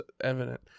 evident